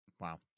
Wow